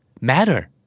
Matter